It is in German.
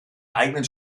eigenen